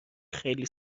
خیلی